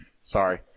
Sorry